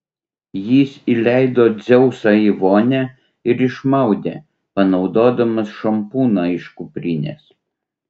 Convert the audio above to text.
jis įleido dzeusą į vonią ir išmaudė panaudodamas šampūną iš kuprinės